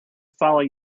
follow